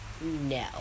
no